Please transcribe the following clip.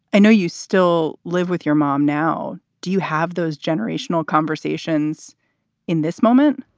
i know you still live with your mom now. do you have those generational conversations in this moment?